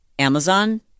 Amazon